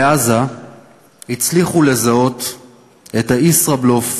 בעזה הצליחו לזהות את הישראבלוף,